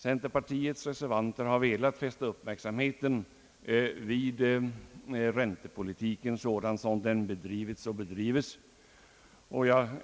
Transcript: Centerpartiets representanter har velat fästa uppmärksamheten vid räntepolitiken sådan som den bedrivits och bedrivs.